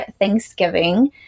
Thanksgiving